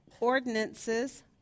ordinances